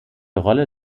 rolle